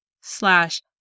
slash